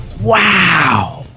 Wow